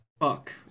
Fuck